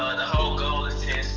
ah the whole goal is to